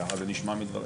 ככה זה נשמע מדבריך.